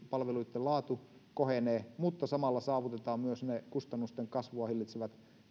palveluitten laatu kohenee mutta samalla saavutetaan myös ne kustannusten kasvua hillitsevät